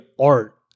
art